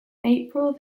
april